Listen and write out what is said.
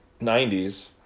90s